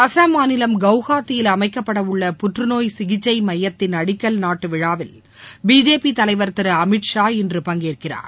அசாம் மாநிலம் கவுஹாத்தியில் அமைக்கப்படவுள்ள புற்றுநோய் சிகிச்சை மையத்தின் அடிக்கல் நாட்டு விழாவில் பிஜேபி தலைவர் திரு அமித் ஷா இன்று பங்கேற்கிறார்